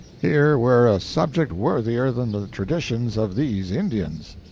here were a subject worthier than the traditions of these indians.